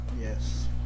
Yes